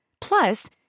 Plus